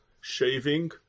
shaving